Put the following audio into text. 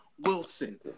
Wilson